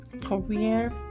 career